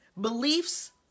beliefs